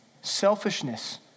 Selfishness